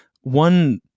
one